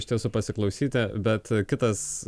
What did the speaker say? iš tiesų pasiklausyti bet kitas